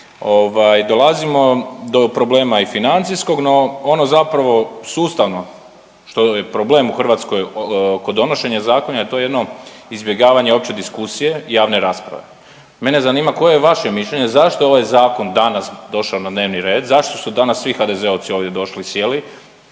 Dolazimo do problema i financijskog, no ono zapravo sustavno što je problem u Hrvatskoj kod donošenja zakona to je jedno izbjegavanje opće diskusije javne rasprave. Mene zanima koje je vaše mišljenje zašto je ovaj zakon danas došao na dnevni red, zašto su danas svi HDZ-ovci ovdje došli i sjeli,